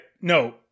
no